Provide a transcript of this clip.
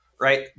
Right